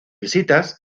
visitas